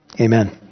amen